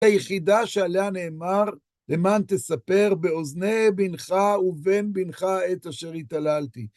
היחידה שעליה נאמר, למען תספר באוזני בינך ובין בינך את אשר התהללתי.